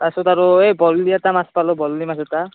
তাৰপিছত আৰু এই বৰালি মাছ এটা পালোঁ বৰালি মাছ এটা